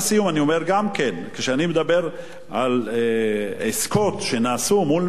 כשאני מדבר על עסקות שנעשו מול משרדי הממשלה השונים,